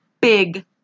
big